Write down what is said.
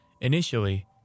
Initially